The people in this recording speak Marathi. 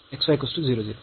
तर हे 1 असेल